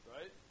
right